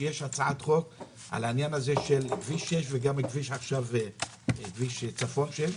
הצעת חוק על כביש 6 וכביש צפון 6,